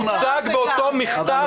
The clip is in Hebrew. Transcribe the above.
אותה סתירה הוצגה באותו מכתב.